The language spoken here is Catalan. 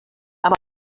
amb